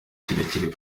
kirekire